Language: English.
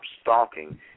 stalking